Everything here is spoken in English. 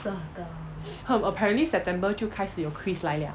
um apparently september 就开始有 quiz 来 liao